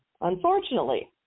Unfortunately